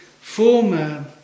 former